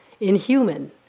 inhuman